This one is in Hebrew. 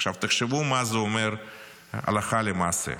עכשיו, תחשבו מה זה אומר הלכה למעשה.